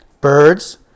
Birds